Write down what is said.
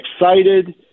excited